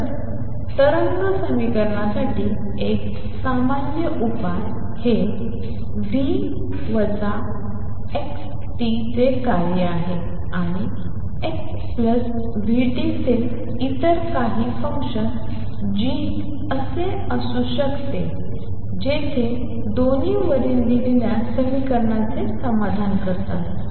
तर तरंग समीकरणासाठी एक सामान्य उपाय 2fx2 1v22ft20 हे x vt चे कार्य आहे आणि x vt चे इतर काही फंक्शन g असू शकते जेथे दोन्ही वरील दिलेल्या समीकरणाचे समाधान करतात